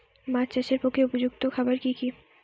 মাছ চাষের পক্ষে উপযুক্ত খাবার কি কি?